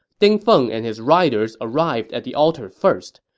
ding feng and his riders arrived at the altar first.